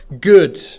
good